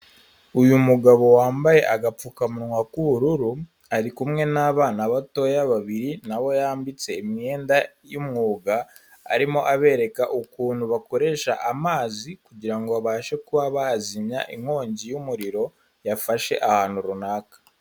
Uyu mugabo wambaye agapfukamunwa k'ubururu, ari kumwe n'abana batoya babiri na bo yambitse imyenda y'umwuga, arimo abereka ukuntu bakoresha amazi kugirango babashe kuba bazimya inkongi y'umuriro, yafashe ahantu runaka.